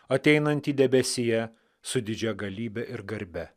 ateinantį debesyje su didžia galybe ir garbe